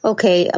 Okay